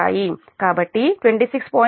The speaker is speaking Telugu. కాబట్టి 26